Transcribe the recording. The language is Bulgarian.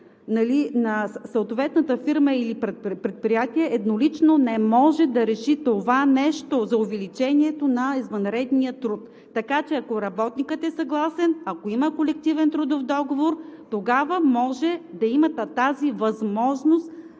на съответната фирма или предприятие еднолично не може да реши това нещо – за увеличението на извънредния труд, така че ако работникът е съгласен, ако има колективен трудов договор, тогава може да има тази възможност,